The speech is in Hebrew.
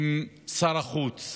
עם שר החוץ,